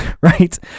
right